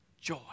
joy